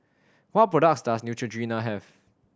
what products does Neutrogena have